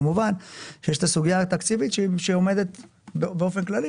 כמובן שיש את הסוגייה התקציבית שהיא עומדת באופן כללי,